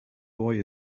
boy